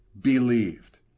believed